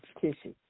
tissue